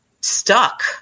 stuck